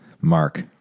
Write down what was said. mark